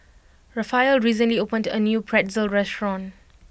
Raphael recently opened a new Pretzel restaurant